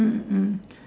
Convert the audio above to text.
mm mm